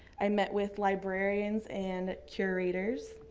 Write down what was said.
i met with librarians and curators,